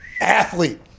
Athlete